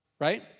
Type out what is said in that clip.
right